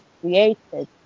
created